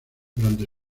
durante